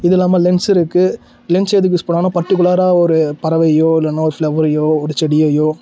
இது இல்லாமல் லென்ஸ் இருக்குது லென்ஸ் எதுக்கு யூஸ் பண்ணுவாங்கனால் பர்டிகுலராக ஒரு பறவையோ இல்லைனா ஒரு ஃப்ளவரையோ ஒரு செடியையோ